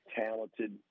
talented